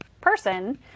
person